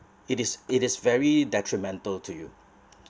it is it is very detrimental to you